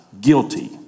guilty